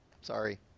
sorry